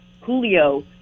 Julio